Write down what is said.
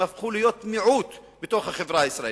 הם הפכו להיות מיעוט בתוך החברה הישראלית,